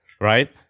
right